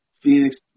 Phoenix